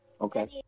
Okay